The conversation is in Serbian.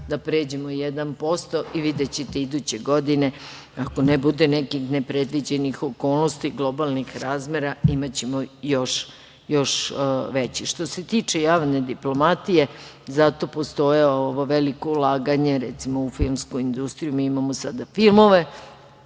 da pređemo 1% i videćete iduće godine, ako ne bude nekih nepredviđenih okolnosti globalnih razmera, imaćemo još veći. Što se tiče javne diplomatije, zato postoje velika ulaganja, recimo u filmsku industriju. Mi imamo sada filmove